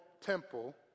temple